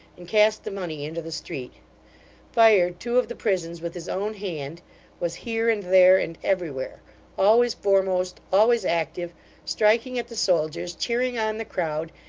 and cast the money into the street fired two of the prisons with his own hand was here, and there, and everywhere always foremost always active striking at the soldiers, cheering on the crowd,